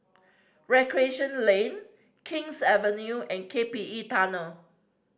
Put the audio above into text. Recreation Lane King's Avenue and K P E Tunnel